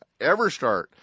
EverStart